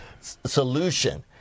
solution